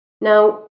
Now